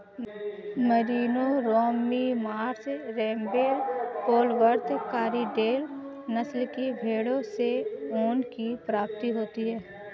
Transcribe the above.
Merino, Romney Marsh, Rambouillet, Polwarth, Corriedale नस्ल की भेंड़ों से ऊन की प्राप्ति होती है